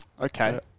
Okay